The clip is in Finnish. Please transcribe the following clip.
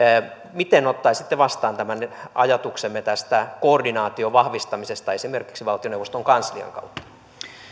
miten ottaisitte vastaan tämän ajatuksemme tästä koordinaation vahvistamisesta esimerkiksi valtioneuvoston kanslian kautta